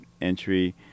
entry